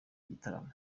gitaramo